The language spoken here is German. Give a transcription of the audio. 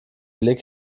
blick